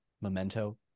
memento